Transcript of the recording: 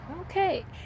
Okay